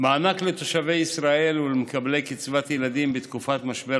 מענק לתושבי ישראל ולמקבלי קצבת ילדים בתקופת משבר